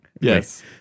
Yes